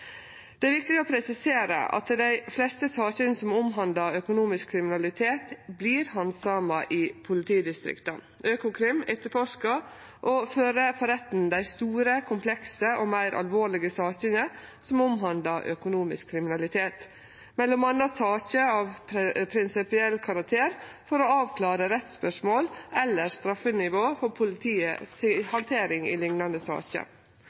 Det er viktig å presisere at dei fleste sakene som omhandlar økonomisk kriminalitet, vert handsama i politidistrikta. Økokrim etterforskar og fører for retten dei store, komplekse og meir alvorlege sakene som omhandlar økonomisk kriminalitet, m.a. saker av prinsipiell karakter for å avklare rettsspørsmål eller straffenivå for handteringa av liknande saker i politiet. Økokrim hjelper òg i